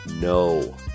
no